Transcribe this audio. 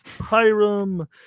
Hiram